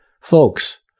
Folks